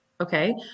Okay